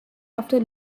after